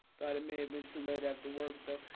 thought it may have been too late after work, though.